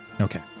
Okay